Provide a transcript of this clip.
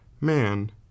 man